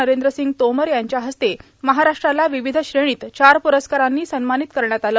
नरेंद्रसिंह तोमर यांच्या हस्ते महाराष्ट्राला विविध श्रेणीत चार प्रस्कारांनी सन्मानित करण्यात आलं